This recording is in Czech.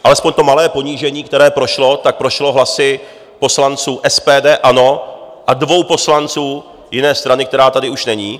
Alespoň to malé ponížení, které prošlo, tak prošlo hlasy poslanců SPD, ANO a dvou poslanců jiné strany, která tady už není.